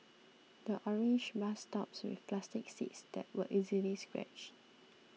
the orange bus stops with plastic seats that were easily scratched